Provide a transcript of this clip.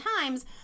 times